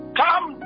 come